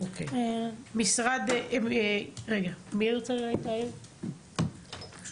אני מאיגוד מרכזי הסיוע לנפגעות ולנפגעי תקיפה מינית.